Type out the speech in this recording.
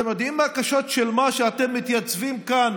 אתם יודעים בקשות של מה, שאתם מתייצבים כאן